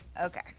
Okay